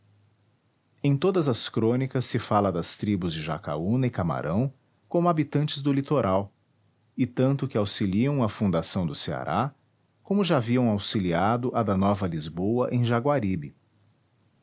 em todas as crônicas se fala das tribos de jacaúna e camarão como habitantes do litoral e tanto que auxiliam a fundação do ceará como já haviam auxiliado a da nova lisboa em jaguaribe